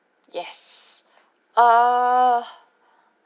yes err